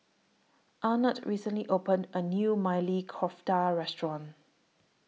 Arnett recently opened A New Maili Kofta Restaurant